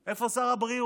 איפה שר הבריאות?